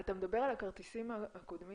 אתה מדבר על הכרטיסים הקודמים?